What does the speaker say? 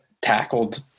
tackled